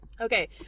Okay